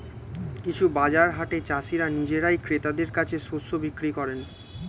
কিছু বাজার হাটে চাষীরা নিজেরাই ক্রেতাদের কাছে শস্য বিক্রি করেন